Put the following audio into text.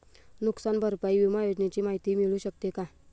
नुकसान भरपाई विमा योजनेची माहिती मिळू शकते का?